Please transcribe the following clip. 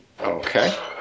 Okay